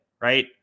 right